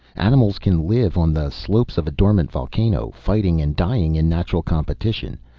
animals can live on the slopes of a dormant volcano, fighting and dying in natural competition.